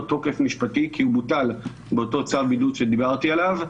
תוקף משפטי כי הוא בוטל באותו צו בידוד שדיברתי עליו,